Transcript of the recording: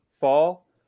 fall